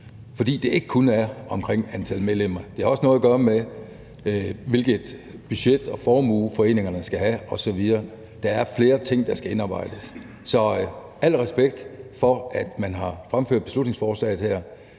handler ikke kun om antal medlemmer; det har også noget at gøre med, hvilket budget og hvilken formue foreningerne skal have osv. Der er flere ting, der skal indarbejdes. Så al respekt for, at man har fremsat beslutningsforslaget her,